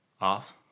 off